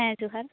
ᱦᱮᱸ ᱡᱚᱦᱟᱨ